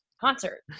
concert